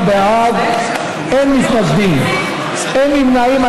59 בעד, אין מתנגדים, אין נמנעים.